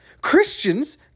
Christians